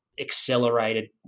accelerated